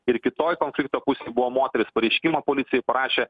ir kitoj konflikto pusėj buvo moteris pareiškimą policijai parašė